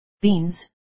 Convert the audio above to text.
Beans